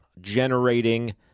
generating